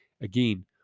again